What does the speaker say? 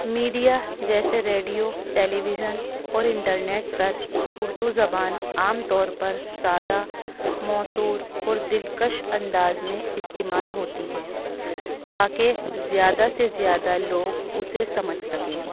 media جیسے radio television اور internet پر اردو زبان عام طور پر سادہ موسر اور دلکش انداز میں استعمال ہوتی ہے تاکہ زیادہ سے زیادہ لوگ اسے سمجھ سکیں